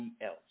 else